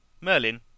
Merlin